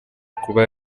kuba